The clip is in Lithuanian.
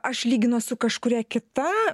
aš lyginu su kažkuria kita